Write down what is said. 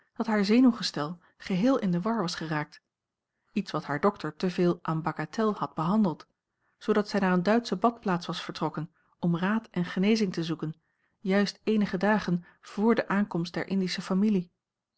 dat haar zenuwgestel geheel in de war was geraakt iets wat haar dokter te veel en bagatelle had behandeld zoodat zij naar eene duitsche badplaats was vertrokken om raad en genezing te zoeken juist eenige dagen vr de aankomst der indische familie